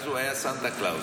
אז הוא היה סנטה קלאוס,